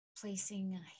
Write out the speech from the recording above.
placing